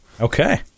Okay